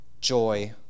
joy